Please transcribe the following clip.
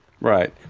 Right